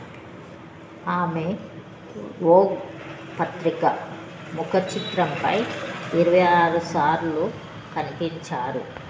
ఆమె వోగ్ పత్రిక ముఖచిత్రంపై ఇరవై ఆరు సార్లు కనిపించారు